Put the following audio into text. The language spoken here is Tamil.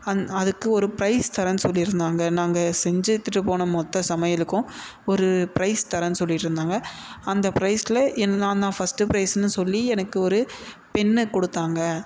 அந்த அதுக்கு ஒரு ப்ரைஸ் தர்றேன் சொல்லியிருந்தாங்க நாங்கள் செஞ்சு எடுத்துட்டு போன மொத்த சமையலுக்கும் ஒரு ப்ரைஸ் தர்றேன்னு சொல்லிட்டுருந்தாங்க அந்த ப்ரைஸில் என் நான் தான் ஃபர்ஸ்ட்டு ப்ரைஸ்னு சொல்லி எனக்கு ஒரு பென்னு கொடுத்தாங்க